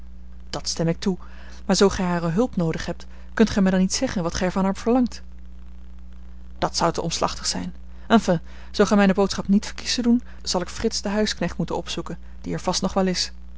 dat stem ik toe maar zoo gij hare hulp noodig hebt kunt gij mij dan niet zeggen wat gij van haar verlangt dat zou te omslachtig zijn enfin zoo gij mijne boodschap niet verkiest te doen zal ik frits den huisknecht moeten opzoeken die er vast nog wel is